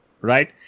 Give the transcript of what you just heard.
right